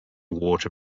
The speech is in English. water